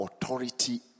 authority